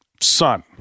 son